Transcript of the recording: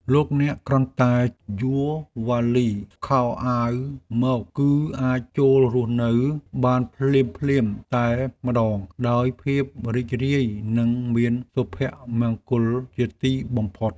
លោកអ្នកគ្រាន់តែយួរវ៉ាលីសខោអាវមក គឺអាចចូលរស់នៅបានភ្លាមៗតែម្តងដោយភាពរីករាយនិងមានសុភមង្គលជាទីបំផុត។